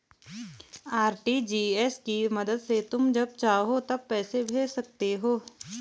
RTGS की मदद से तुम जब चाहो तब पैसे भेज सकते हो